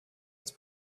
als